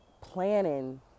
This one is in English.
planning